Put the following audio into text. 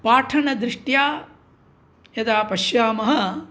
पाठनदृष्ट्या यदा पश्यामः